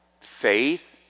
faith